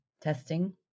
Testing